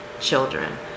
children